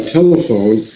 telephone